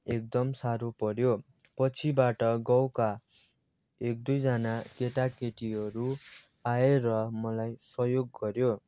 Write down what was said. एकदम साह्रो पऱ्यो पछिबाट गाउँका एक दुईजना केटाकेटीहरू आएर मलाई सहयोग गऱ्यो